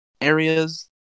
areas